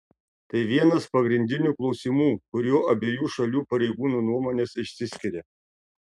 tai vienas pagrindinių klausimų kuriuo abiejų šalių pareigūnų nuomonės išsiskiria